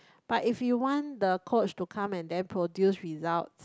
but if you want the coach to come and then produce results